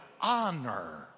honor